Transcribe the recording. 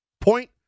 Point